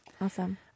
Awesome